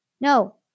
No